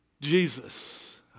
Jesus